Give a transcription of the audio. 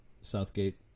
Southgate